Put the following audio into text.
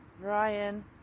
Ryan